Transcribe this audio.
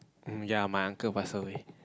um ya my uncle pass away